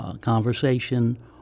conversation